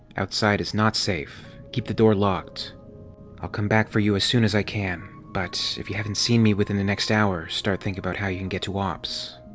outside is not safe. keep the door locked. i'll come back for you as soon as i can, but if you haven't seen me within the next hour, start thinking about how you can get to ops.